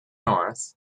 north